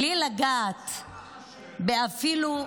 בלי לגעת אפילו,